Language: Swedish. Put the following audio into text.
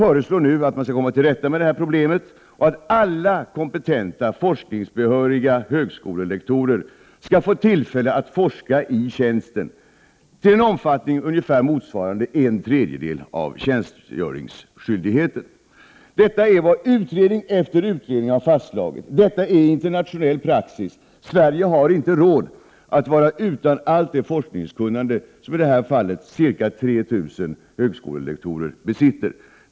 För att man skall kunna komma till rätta med detta problem föreslår vi moderater att alla kompetenta forskningsbehöriga högskolelektorer skall ges tillfälle att forska i tjänsten till en omfattning motsvarande ungefär en tredjedel av tjänstgöringsskyldigheten. Detta är internationell praxis, och det är vad utredning efter utredning har kommit fram till. Sverige har inte råd att vara utan allt det forskningskunnande som i det här fallet ca 3 000 högskolelektorer besitter.